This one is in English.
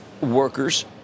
workers